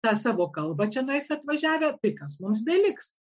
tą savo kalbą čionais atvažiavę tai kas mums beliks